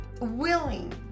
willing